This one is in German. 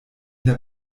der